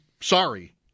sorry